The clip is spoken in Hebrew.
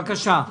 בבקשה.